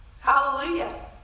Hallelujah